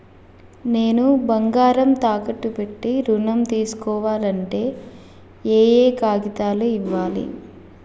నేను బంగారం తాకట్టు పెట్టి ఋణం తీస్కోవాలంటే ఏయే కాగితాలు ఇయ్యాలి?